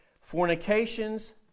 Fornications